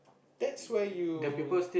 that's where you